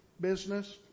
business